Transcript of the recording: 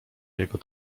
jego